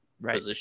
right